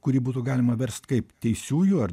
kurį būtų galima verst kaip teisiųjų ar